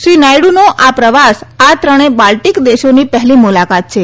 શ્રી નાથડુએ આ પ્રવાસ આ ત્રણે બાલ્ટક દેશોની પહેલી મુલાકાત છે